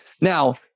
Now